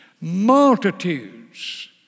multitudes